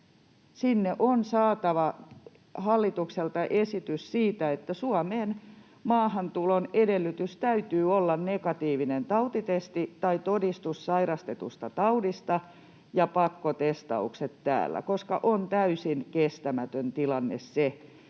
On saatava hallitukselta esitys siitä, että Suomessa maahan tulon edellytys täytyy olla negatiivinen tautitesti tai todistus sairastetusta taudista ja pakkotestaukset täällä. On täysin kestämätön tilanne se,